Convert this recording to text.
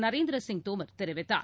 நரேந்திர சிங் தோமர் தெரிவித்தார்